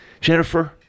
Jennifer